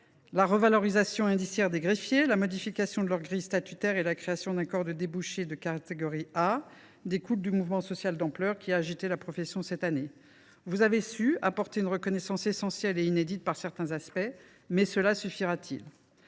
La revalorisation indiciaire des greffiers, la modification de leur grille statutaire et la création d’un corps de débouché de catégorie A découlent du mouvement social d’ampleur qui a agité la profession cette année. Vous avez su leur apporter une reconnaissance essentielle et inédite par certains aspects, mais cela suffira t il ?